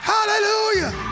Hallelujah